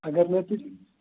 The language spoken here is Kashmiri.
اَگر نہٕ تُہۍ